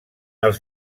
els